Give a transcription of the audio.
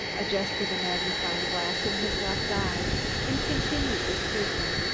adjusted a magnifying glass in his left eye and continued the scrutiny.